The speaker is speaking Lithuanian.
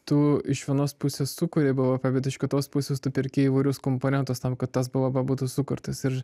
tu iš vienos pusės sukuri bvp bet iš kitos pusės tu perki įvairius komponentus tam kad tas bvp būtų sukurtas ir